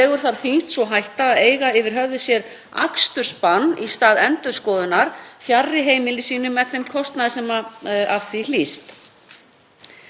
Það verður sett akstursbann á bíla ef t.d. olía eða eldsneyti lekur, en áður var það endurskoðun, eins og ég sagði. Akstursbann er auðvitað mjög harkaleg aðgerð.